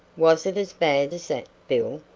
was it as bad as that, bill?